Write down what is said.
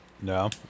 No